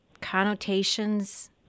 connotations